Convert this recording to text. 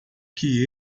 que